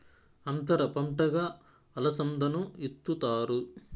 అంతర పంటగా అలసందను ఇత్తుతారు